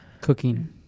cooking